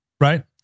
right